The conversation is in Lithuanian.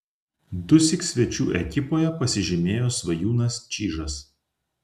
dusyk svečių ekipoje pasižymėjo svajūnas čyžas